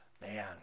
Man